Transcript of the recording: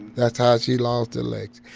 that's how she lost the like